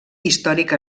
històric